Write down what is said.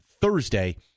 Thursday